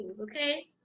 Okay